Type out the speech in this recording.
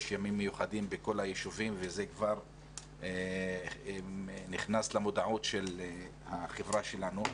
ימים מיוחדים בכל היישובים וזה כבר נכנס למודעות של החברה שלנו.